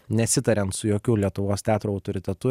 nesitariant su jokiu lietuvos teatro autoritetu